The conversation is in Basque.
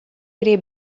ere